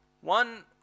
One